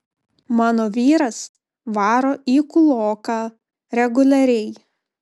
mano vyras varo į kūloką reguliariai